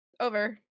over